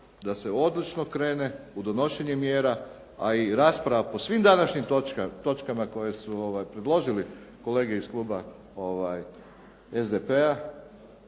da se odlučno krene u donošenje mjera, a i rasprava po svim današnjim točkama koje su predložili kolege iz kluba SDP-a,